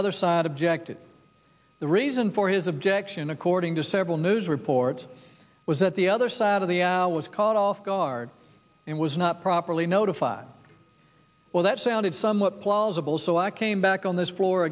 other side objected the reason for his objection according to several news reports was that the other side of the was caught off guard and was not properly notified well that sounded somewhat plausible so i came back on this f